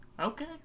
Okay